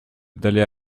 d’aller